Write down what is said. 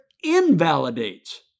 invalidates